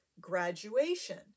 graduation